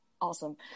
Awesome